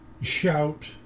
shout